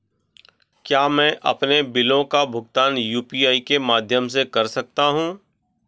क्या मैं अपने बिलों का भुगतान यू.पी.आई के माध्यम से कर सकता हूँ?